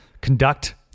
Conduct